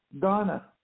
Ghana